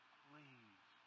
please